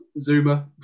Zuma